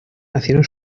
nacieron